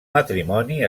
matrimoni